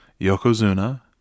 Yokozuna